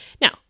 Now